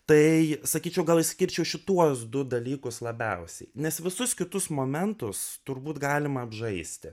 tai sakyčiau gal išskirčiau šituos du dalykus labiausiai nes visus kitus momentus turbūt galima apžaisti